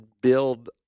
build